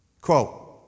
Quote